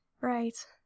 Right